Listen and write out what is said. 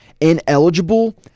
ineligible